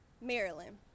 Maryland